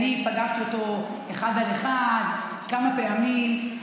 פגשתי אותו אחד על אחד כמה פעמים,